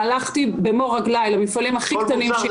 והלכתי במו רגליי למפעלים הכי קטנים.